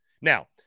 Now